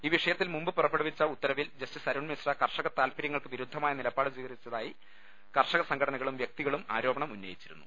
ഈ വിഷയത്തിൽ മുമ്പ് പുറപ്പെടുവിച്ച ഉത്തരവിൽ ജസ്റ്റിസ് അരുൺ മിശ്ര കർഷക താൽപര്യങ്ങൾക്ക് വിരുദ്ധമായ നിലപാട് സ്വീകരിച്ചതായി കർഷക സംഘടനകളും വൃക്തികളും ആരോപണം ഉന്നയിച്ചിരുന്നു